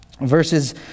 verses